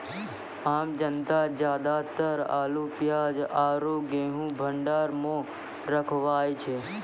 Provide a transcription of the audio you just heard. आम जनता ज्यादातर आलू, प्याज आरो गेंहूँ भंडार मॅ रखवाय छै